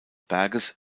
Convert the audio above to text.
berges